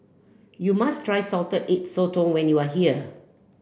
you must try Salted Egg Sotong when you are here